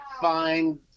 find